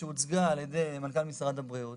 שלקחו חלק גדול מאוד במתן שירות להרבה תושבים במדינת